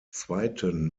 zweiten